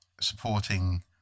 supporting